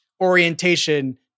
orientation